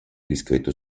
discreto